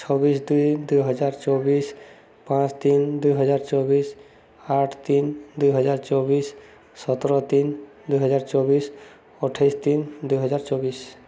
ଛବିଶ ଦୁଇ ଦୁଇହଜାର ଚବିଶ ପାଞ୍ଚ ତିନ ଦୁଇହଜାର ଚବିଶ ଆଠ ତିନି ଦୁଇହଜାର ଚବିଶ ସତର ତିନ ଦୁଇହଜାର ଚବିଶ ଅଠେଇଶ ତିନି ଦୁଇହଜାର ଚବିଶ